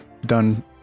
done